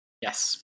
Yes